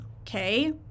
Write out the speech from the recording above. okay